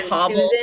Susan